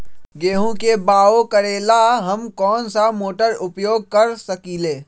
गेंहू के बाओ करेला हम कौन सा मोटर उपयोग कर सकींले?